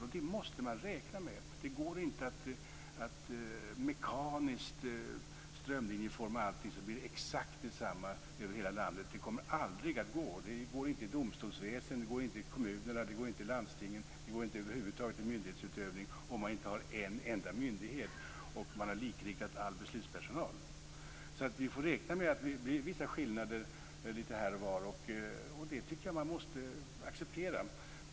Och det måste man räkna med. Det går inte att mekaniskt strömlinjeforma allting så att det blir exakt detsamma över hela landet. Det kommer aldrig att gå. Det går inte i domstolsväsendet, det går inte i kommunerna, det går inte i landstingen. Det går över huvud taget inte i myndighetsutövning om man inte har en enda myndighet och man har likriktat all beslutspersonal. Så vi får räkna med att det blir vissa skillnader lite här och var, och det tycker jag att man måste acceptera.